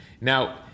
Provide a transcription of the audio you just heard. now